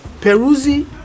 Peruzzi